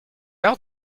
heure